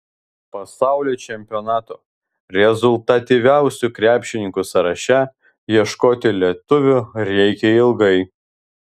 pasaulio čempionato rezultatyviausių krepšininkų sąraše ieškoti lietuvių reikia ilgai